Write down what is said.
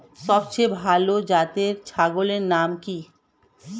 সবথেকে ভালো জাতের ছাগলের নাম কি?